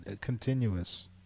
continuous